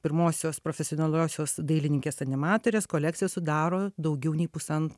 pirmosios profesionaliosios dailininkės animatorės kolekciją sudaro daugiau nei pusan